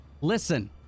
Listen